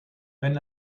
wenn